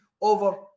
over